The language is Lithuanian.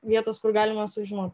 vietos kur galima sužinot